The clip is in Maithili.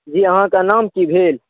जी अहाॅंके नाम की भेल